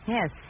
Yes